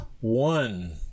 one